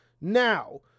Now